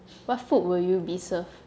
what food will you be served